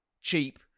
cheap